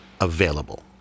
available